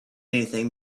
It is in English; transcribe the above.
anything